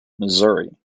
missouri